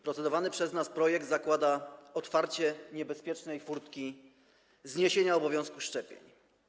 Procedowany przez nas projekt zakłada otwarcie niebezpiecznej furtki: zniesienie obowiązku szczepień.